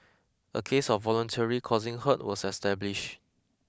a case of voluntarily causing hurt was established